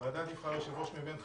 הוועדה תבחר יושב ראש מבין חבריה,